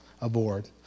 aboard